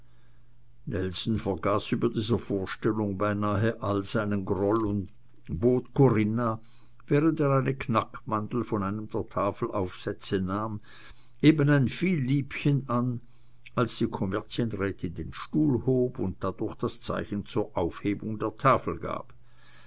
nelson vergaß über dieser vorstellung beinahe all seinen groll und bot corinna während er eine knackmandel von einem der tafelaufsätze nahm eben ein vielliebchen an als die kommerzienrätin den stuhl schob und dadurch das zeichen zur aufhebung der tafel gab